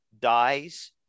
dies